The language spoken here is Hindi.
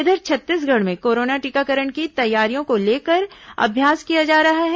इधर छत्तीसगढ़ में कोरोना टीकाकरण की तैयारियों को लेकर अभ्यास किया जा रहा है